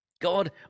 God